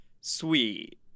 Sweet